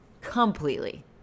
completely